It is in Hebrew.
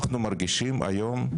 אנחנו מרגישים היום,